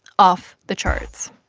off the charts.